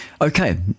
Okay